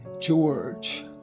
George